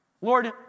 Lord